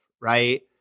right